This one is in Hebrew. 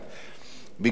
ביקשה הוועדה להגביל